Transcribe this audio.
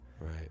right